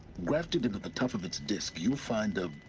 grafted into the top of its disc, you'll find a.